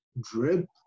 drip